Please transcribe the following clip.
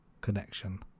connection